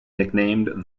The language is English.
nicknamed